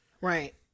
Right